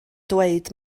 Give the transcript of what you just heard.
dweud